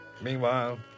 Meanwhile